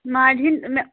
ماجہِ ہٕنٛدۍ مےٚ